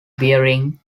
bearings